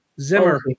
Zimmer